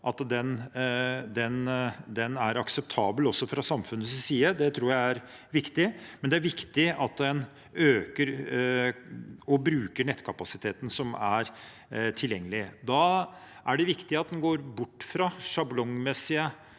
tar, er akseptabel også fra samfunnets side. Det tror jeg er viktig. Det er viktig at en øker og bruker nettkapasiteten som er tilgjengelig. Da er det viktig at en går bort fra sjablongmessige